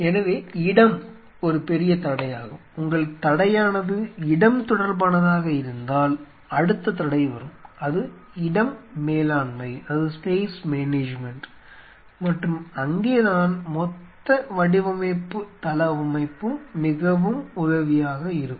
எனவே இடம் ஒரு பெரிய தடையாகும் உங்கள் தடையானது இடம் தொடர்பானதாக இருந்தால் அடுத்த தடை வரும் அது இடம் மேலாண்மை மற்றும் அங்கேதான் மொத்த வடிவமைப்பு தளவமைப்பும் மிகவும் உதவியாக இருக்கும்